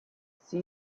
she